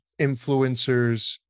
influencers